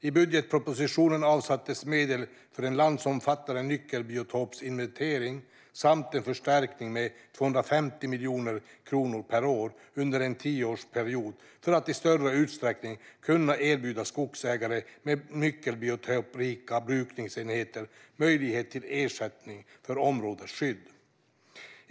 I budgetpropositionen avsattes medel för en landsomfattande nyckelbiotopsinventering samt en förstärkning med 250 miljoner kronor per år under en tioårsperiod för att i större utsträckning kunna erbjuda skogsägare med nyckelbiotopsrika brukningsenheter möjligheter till ersättning för områdesskydd.